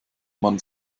man